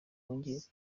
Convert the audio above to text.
wongeye